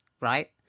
right